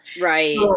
Right